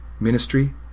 Ministry